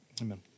Amen